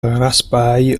raspail